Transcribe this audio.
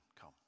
come